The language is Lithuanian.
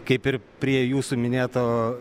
kaip ir prie jūsų minėto